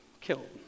killed